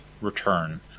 return